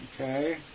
Okay